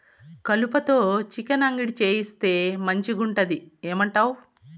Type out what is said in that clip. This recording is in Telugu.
కలుపతో చికెన్ అంగడి చేయిస్తే మంచిగుంటది ఏమంటావు